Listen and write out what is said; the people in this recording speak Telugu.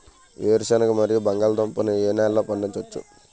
వేరుసెనగ మరియు బంగాళదుంప ని ఏ నెలలో పండించ వచ్చు?